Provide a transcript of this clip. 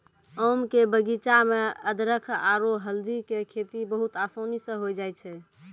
आम के बगीचा मॅ अदरख आरो हल्दी के खेती बहुत आसानी स होय जाय छै